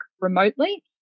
remotely